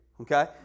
okay